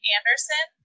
Anderson